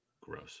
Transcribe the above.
Gross